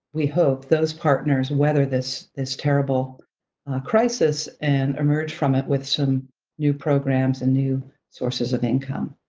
we hope, those partners weather this this terrible crisis and emerge from it with some new programs and new sources of income.